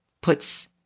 puts